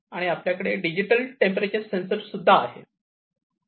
आणि आपल्याकडे digital temperature sensor सुद्धा आहे